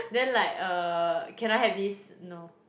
then like uh can I have this no